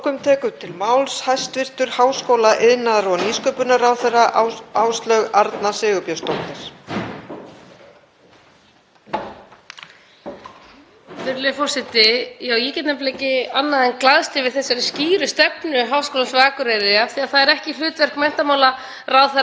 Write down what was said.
Virðulegi forseti. Ég get ekki annað en glaðst yfir þessari skýru stefnu Háskólans á Akureyri af því að það er ekki hlutverk menntamálaráðherra hverju sinni að hlutast til um námsframboð skólanna heldur einmitt að leitast við að styðja þá, greiða leiðina, athuga hvar sé hægt að auka sveigjanleika. Samstarf